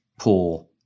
poor